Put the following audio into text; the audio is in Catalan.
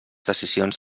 decisions